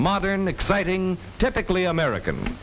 modern exciting typically american